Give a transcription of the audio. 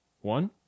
one